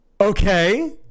Okay